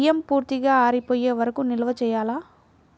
బియ్యం పూర్తిగా ఆరిపోయే వరకు నిల్వ చేయాలా?